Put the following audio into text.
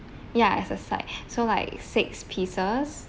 ya as a side so like six pieces